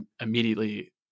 immediately